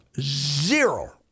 zero